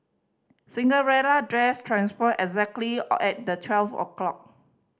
Cinderella dress transformed exactly all at the twelve o' clock